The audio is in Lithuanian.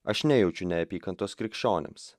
aš nejaučiu neapykantos krikščionims